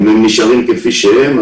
אם הם נשארים כפי שהם,